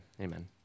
amen